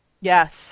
yes